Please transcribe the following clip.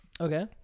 Okay